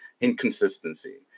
inconsistency